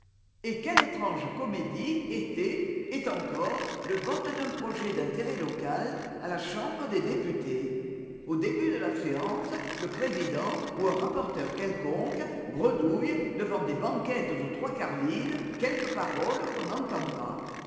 et quelle étrange comédie était est encore le vote d'un projet d'intérêt local à la chambre des députés au début de la séance le président ou un rapporteur quelconque bredouille devant des banquettes aux trois quarts vides quelques paroles qu'on n'entend pas